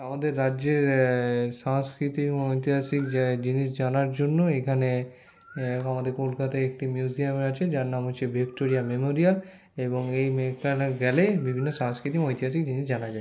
আমাদের রাজ্যের সাংস্কৃতিক ঐতিহাসিক জিনিস জানার জন্য এখানে আমাদের কলকাতায় একটি মিউজিয়াম আছে যার নাম হচ্ছে ভিক্টোরিয়া মেমোরিয়াল এবং এখানে গেলেই বিভিন্ন সাংস্কৃতিক ঐতিহাসিক জিনিস জানা যায়